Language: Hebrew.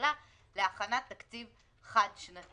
בממשלה להכנת תקציב חד-שנתי.